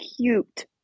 cute